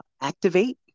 activate